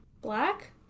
black